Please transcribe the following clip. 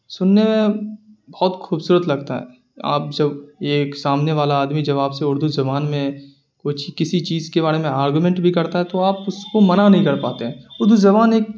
سننے میں بہت خوبصورت لگتا ہے آپ جب ایک سامنے والا آدمی جب آپ سے اردو زبان میں کچھ کسی چیز کے بارے میں آرگومنٹ بھی کرتا ہے تو آپ اس کو منع نہیں کر پاتے ہیں اردو زبان ایک